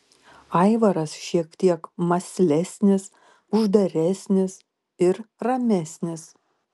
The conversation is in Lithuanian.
aivaras šiek tiek mąslesnis uždaresnis ir ramesnis